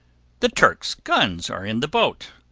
the turk's guns are in the boat,